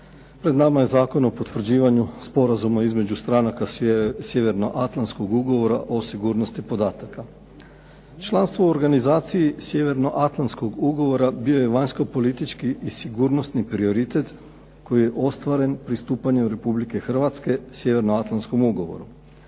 Pred nama je Zakon o potvrđivanju sporazuma između stranaka sjevernoatlantskog ugovora o sigurnosti podataka. Članstvo u Organizaciji sjevernoatlantskog ugovora bio je vanjsko-politički i sigurnosni prioritet koji je ostvaren pristupanjem Republike Hrvatske sjevernoatlantskom ugovoru.